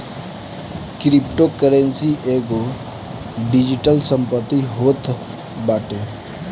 cryptocurrency एगो digital संपत्ति होत बाटे